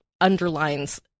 underlines